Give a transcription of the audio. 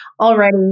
already